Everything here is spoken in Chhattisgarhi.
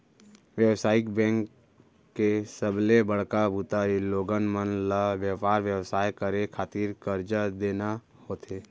बेवसायिक बेंक के सबले बड़का बूता लोगन मन ल बेपार बेवसाय करे खातिर करजा देना होथे